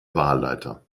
wahlleiter